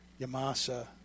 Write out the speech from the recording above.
Yamasa